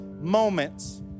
moments